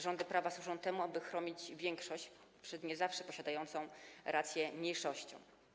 Rządy prawa służą temu, aby chronić większość przed nie zawsze posiadającą rację mniejszością.